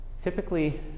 Typically